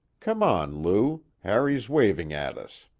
come on, lou. harry's waving at us.